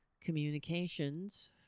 communications